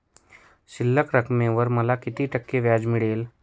शिल्लक रकमेवर मला किती टक्के व्याज मिळेल?